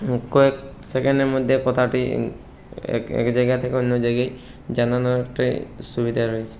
কয়েক সেকেন্ডের মধ্যে কথাটি এক এক জায়গা থেকে অন্য জায়গায় জানানোতে সুবিধা রয়েছে